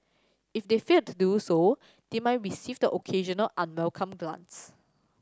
if they fail to do so they might receive the occasional unwelcome glance